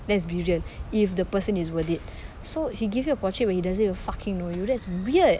let's be real if the person is worth it so he give you a portrait when he doesn't even fucking know you that's weird